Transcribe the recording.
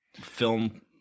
film